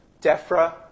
DEFRA